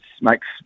makes